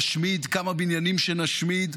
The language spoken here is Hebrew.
נשמיד כמה בניינים שנשמיד,